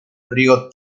río